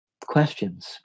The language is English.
questions